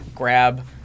grab